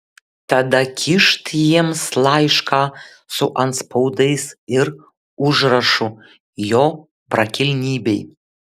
tada kyšt jiems laišką su antspaudais ir užrašu jo prakilnybei